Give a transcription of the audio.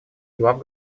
глав